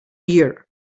year